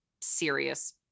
serious